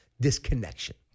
disconnection